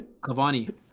Cavani